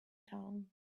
town